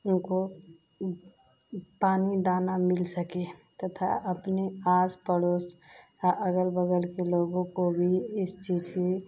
उनको पानी दाना मिल सके तथा अपने आस पड़ोस हाँ अग़ल बग़ल के लोगों को भी इस चीज़ की